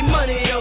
Money